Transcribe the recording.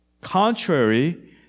contrary